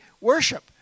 worship